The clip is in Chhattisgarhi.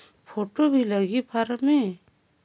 फ़ोटो भी लगी फारम मे?